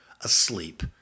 asleep